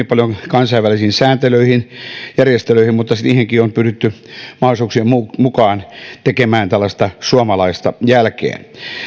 paljon kansainvälisiin sääntelyihin ja järjestelyihin mutta siihenkin on pyritty mahdollisuuksien mukaan tekemään suomalaista jälkeä